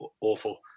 awful